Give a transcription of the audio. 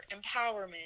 empowerment